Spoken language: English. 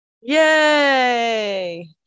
Yay